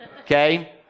okay